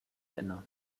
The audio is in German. inne